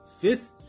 fifth